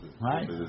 Right